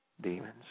demons